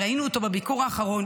הרי ראינו אותו בביקור האחרון,